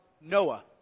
Noah